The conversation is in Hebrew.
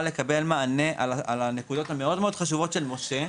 לקבל מענה על הנקודות החשובות של משה.